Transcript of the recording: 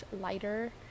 lighter